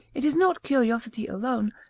it is not curiosity alone,